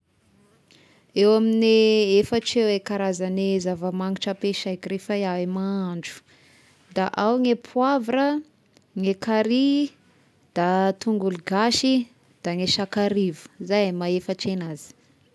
Eo amin'ny efatra eo e karazagny zavamangitra ampiasaiko rehefa iaho i mahandro, da ao gny poivre, ny carry, da tongolo gasy, da ny sakarivo zay ma efatry agnazy.